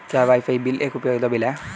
क्या WiFi bill एक उपयोगिता बिल है?